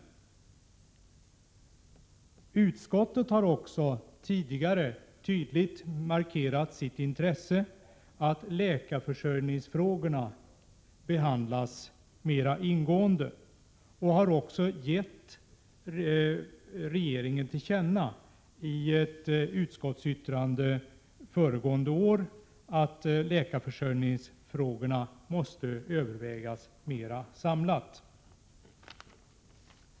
Utskottet har även tidigare tydligt markerat sitt intresse av att frågorna om läkarförsörjningen behandlas mera ingående. Dessutom har utskottet givit regeringen till känna, genom ett utskottsyttrande föregående år, att frågorna om läkarförsörjningen måste övervägas mera samlat.